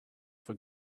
for